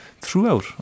throughout